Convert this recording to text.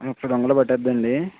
ముప్పయిదొందలు పట్టేస్తుందండీ